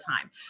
time